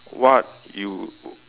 what you